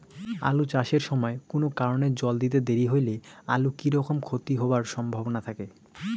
আলু চাষ এর সময় কুনো কারণে জল দিতে দেরি হইলে আলুর কি রকম ক্ষতি হবার সম্ভবনা থাকে?